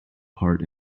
part